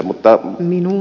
mutta ed